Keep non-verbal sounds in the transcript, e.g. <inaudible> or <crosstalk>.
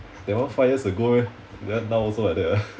that one five years ago meh then now also like eh <laughs>